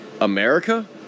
America